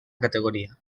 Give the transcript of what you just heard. categoria